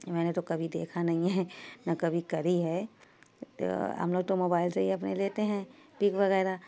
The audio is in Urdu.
میں نے تو کبھی دیکھا نہیں ہے نہ کبھی کری ہے ہم لوگ تو موبائل سے ہی اپنے لیتے ہیں پک وغیرہ